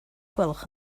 gwelwch